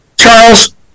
Charles